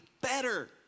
better